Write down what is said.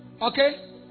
Okay